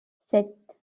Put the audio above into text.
sept